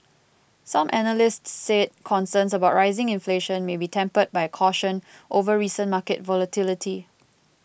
some analysts said concerns about rising inflation may be tempered by caution over recent market volatility